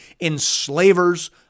enslavers